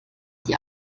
die